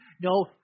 No